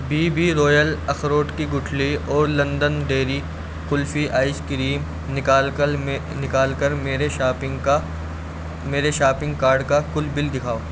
be B Royal اخروٹ کی گٹھلی اور London Dairy kulfi ice cream نکال کر نکال کر میرے شاپنگ کا میرے شاپنگ کارڈ کا کل بل دکھاؤ